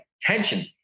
tension